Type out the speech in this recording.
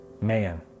Man